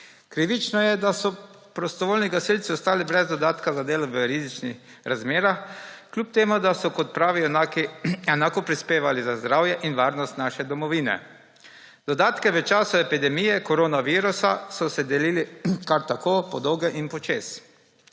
Krivično je, da so prostovoljni gasilci ostali brez dodatka za delo v rizičnih razmerah, kljub temu da so kot pravi junaki enako prispevali za zdravje in varnost naše domovine. Dodatke v času epidemije koronavirusa so se delili kar tako, po dolgem in počez.